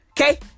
Okay